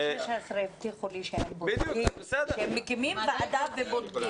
ב-2016 הבטיחו לי שהם מקימים ועדה ובודקים.